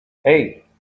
hey